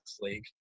League